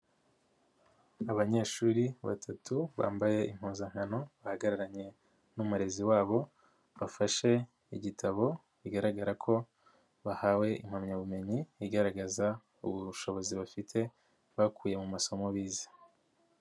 Abanyeshuri batatu bambaye impuzankano bahagararanye n'umurezi wabo, bafashe igitabo bigaragara ko bahawe impamyabumenyi, igaragaza ubushobozi bafite, bakuye mu masomo bize.